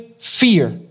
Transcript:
fear